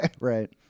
Right